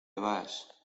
vas